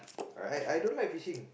right I don't like fishing